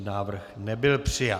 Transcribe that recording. Návrh nebyl přijat.